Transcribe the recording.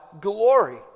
glory